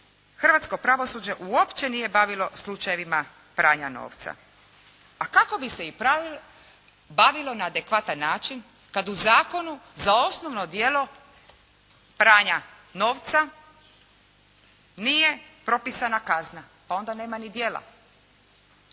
hrvatsko pravosuđe opće nije bavilo slučajevima pranja novca, a kako bi se i bavilo na adekvatan način, kada u zakonu za osnovno djelo pranja novca nije propisana kazna, pa onda nema ni djela.